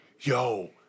Yo